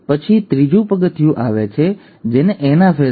એ પછી ત્રીજું પગથિયું આવે છે જે એનાફાસ છે